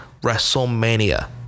Wrestlemania